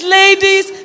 ladies